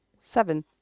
Seven